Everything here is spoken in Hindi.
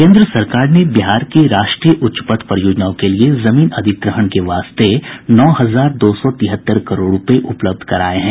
केन्द्र सरकार ने बिहार की राष्ट्रीय उच्च पथ परियोजनाओं के लिए जमीन अधिग्रहण के वास्ते नौ हजार दो सौ तिहत्तर करोड़ रूपये उपलब्ध कराये हैं